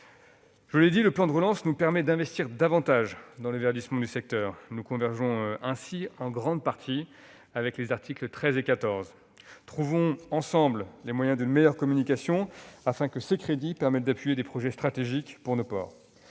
services. Le plan de relance nous permet d'investir davantage dans le verdissement du secteur. Nous approuvons ainsi en grande partie les articles 13 et 14. Trouvons ensemble les moyens d'une meilleure communication, afin que ces crédits permettent de soutenir des projets stratégiques pour nos ports.